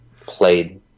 played